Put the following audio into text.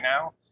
now